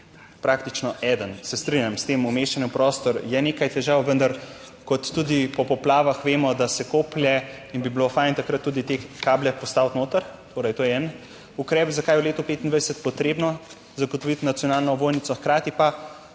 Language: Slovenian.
praktično eden. Se strinjam, s tem umeščanjem v prostor, je nekaj težav, vendar kot tudi po poplavah vemo, da se koplje in bi bilo fajn takrat tudi te kable postaviti noter. Torej, to je en ukrep, zakaj je v letu 2025 potrebno zagotoviti nacionalno ovojnico. Hkrati pa